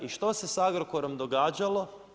I što se sa Agrokorom događalo?